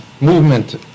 movement